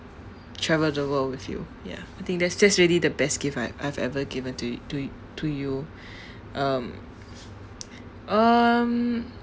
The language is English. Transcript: travel the world with you ya I think that's that's really the best gift I've I've ever given to yo~ to~ to you um um